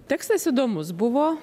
tekstas įdomus buvo